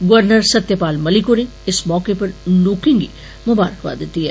governor Satyapal Malik होरें इस मौके लोकें गी मुबारकबाद दित्ती ऐ